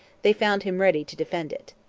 they found him ready to defend it.